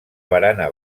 barana